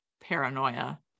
paranoia